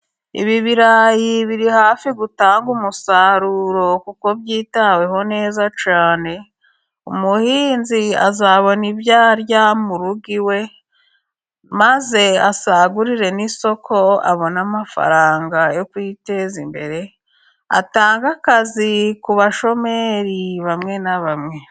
Ibi birayi biri hafi gutanga umusaruro， kuko byitaweho neza cyane，umuhinzi azabona ibyo arya mu rugo iwe， maze asagurire n'isoko abone amafaranga yo kwiteza imbere， atange akazi ku bashomeri bamwe na bamwe.